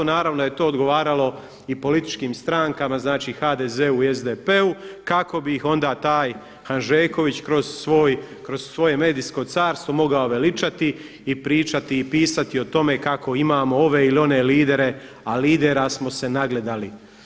Naravno da je to odgovaralo i političkim strankama, znači HDZ-u i SDP-u kako bi ih onda taj Hanžeković kroz svoje medijsko carstvo mogao veličati i pričati i pisati o tome kako imamo ove ili one lidere, a lidera smo se nagledali.